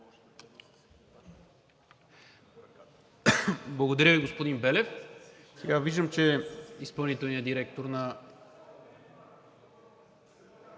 Благодаря Ви, господин Белев. Виждам, че изпълнителният директор на...